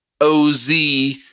OZ